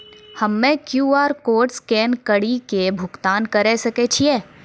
हम्मय QR code scan कड़ी के भुगतान करें सकय छियै?